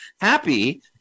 Happy